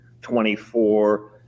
24